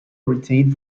retained